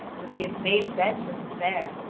when he has made a bed for him there,